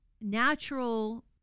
natural